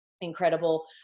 incredible